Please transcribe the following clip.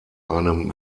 einem